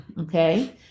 Okay